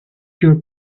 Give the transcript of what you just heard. your